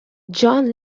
john